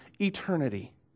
eternity